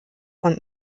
und